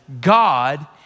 God